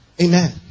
Amen